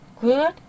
good